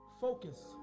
focus